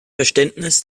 verständnis